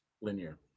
linear